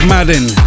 Madden